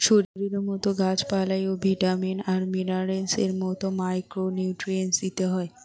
শরীরের মতো গাছ পালায় ও ভিটামিন আর মিনারেলস এর মতো মাইক্রো নিউট্রিয়েন্টস দিতে হয়